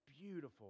Beautiful